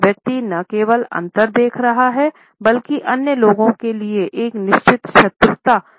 व्यक्ति न केवल अंतर देखा रहा हैं बल्कि अन्य लोगों के लिए एक निश्चित शत्रुता दिखाता है